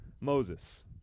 Moses